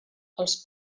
els